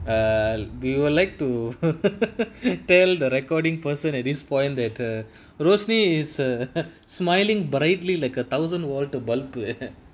err we would like to tell the recording person at this point that err rosaline is uh smiling brightly like a thousand walt bulb uh